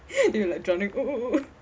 it like drowning